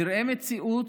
נראה מציאות